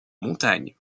montagne